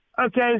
okay